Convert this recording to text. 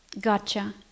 Gotcha